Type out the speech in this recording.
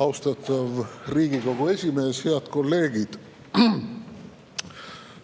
Austatav Riigikogu esimees! Head kolleegid.